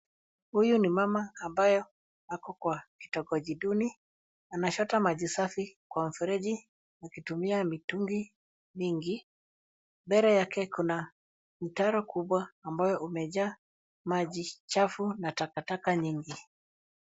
Huyu ni mama ambaye ako kwa kitongoji duni. Anachota maji safi kwa mfereji akitumia mitungi mingi. Mbele yake kuna mtaro kubwa ambao umejaa maji chafu na takataka nyingi.